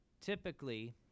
typically